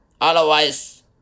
otherwise